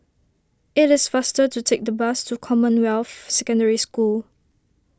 it is faster to take the bus to Commonwealth Secondary School